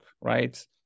right